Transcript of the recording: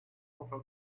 over